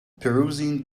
perusing